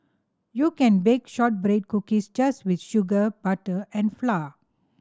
you can bake shortbread cookies just with sugar butter and flour